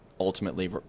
Ultimately